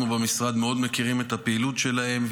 אנחנו במשרד מכירים מאוד את הפעילות שלהם,